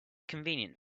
convenient